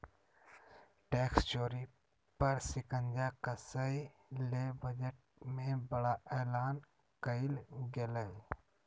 tax चोरी पर शिकंजा कसय ले बजट में बड़ा एलान कइल गेलय